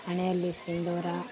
ಹಣೆಯಲ್ಲಿ ಸಿಂಧೂರ